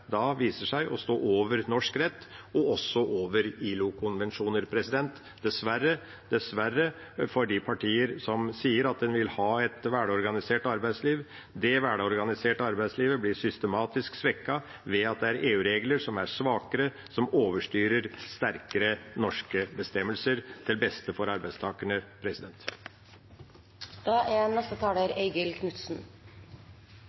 viser seg å stå over norsk rett og også over ILO-konvensjoner – dessverre for de partier som sier at en vil ha et velorganisert arbeidsliv. Det velorganiserte arbeidslivet blir systematisk svekket ved at EU-regler som er svakere, overstyrer sterkere norske bestemmelser til beste for arbeidstakerne. Stortingets samtykke til godkjenning av beslutningen om å innlemme håndhevingsdirektivet i EØS-avtalen er